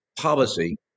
policy